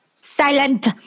silent